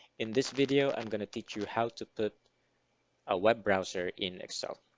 in this video, i'm gonna teach you how to put a web browser in excel.